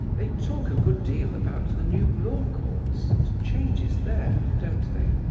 they talk a good deal about the new law courts, and changes there, don't they?